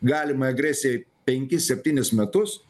galimai agresijai penkis septynis metus